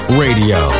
radio